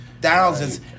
Thousands